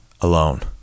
alone